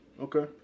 Okay